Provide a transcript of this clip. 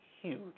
Huge